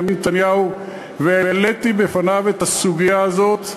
נתניהו והעליתי בפניו את הסוגיה הזאת.